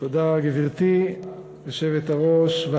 גברתי היושבת-ראש, תודה.